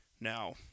Now